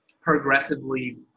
progressively